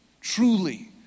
truly